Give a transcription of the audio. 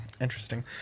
Interesting